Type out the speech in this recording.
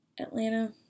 Atlanta